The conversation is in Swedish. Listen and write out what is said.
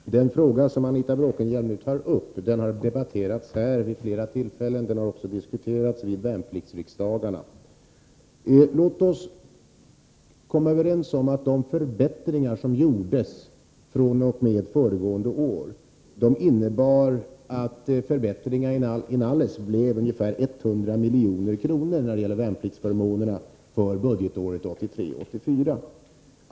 Herr talman! Den fråga som Anita Bråkenhielm nu tar upp har debatterats iriksdagen vid flera tillfällen. Den har också diskuterats vid värnpliktsriksdagarna. fr.o.m. föregående år har förbättringar genomförts när det gäller värnpliktsförmånerna. Det innebär en kostnad av ungefär 100 milj.kr. för budgetåret 1983/84.